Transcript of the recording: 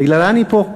בגללה אני פה.